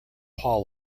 paw